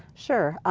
sure.